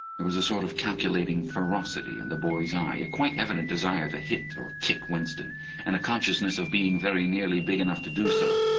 there was a sort of calculating ferocity in the boy's eye, a quite evident desire to hit or kick winston and a consciousness of being very nearly big enough to do so.